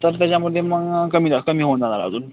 तर त्याच्यामध्ये मग कमी जा कमी होऊन जाणार अजून